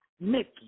Mickey